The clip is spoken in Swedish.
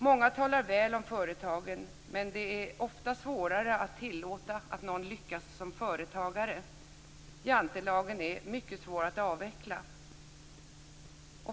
Många talar väl om företagen, men det är ofta svårare att tillåta att någon lyckas som företagare - jantelagen är mycket svår att avveckla.